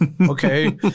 okay